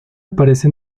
aparece